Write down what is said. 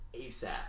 ASAP